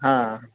હં